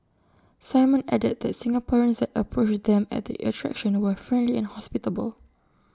simon added that Singaporeans that approached them at the attraction were friendly and hospitable